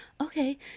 okay